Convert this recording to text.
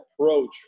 approach